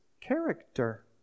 character